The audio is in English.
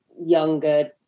younger